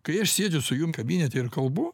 kai aš sėdžiu su jum kabinete ir kalbu